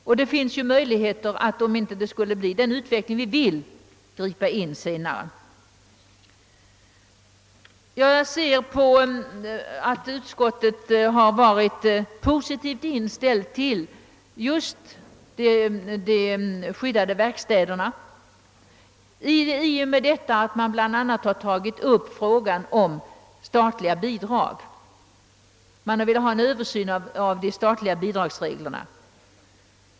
Man har ju också möjligheter att ingripa senare, om utvecklingen inte blir den önskade. Det förhållandet att utskottet har varit positivt inställt just till de skyddade verkstäderna framgår bl.a. av att man tagit upp frågan om översyn av de statliga bidragsreglerna.